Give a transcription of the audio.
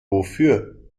wofür